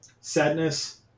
Sadness